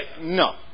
no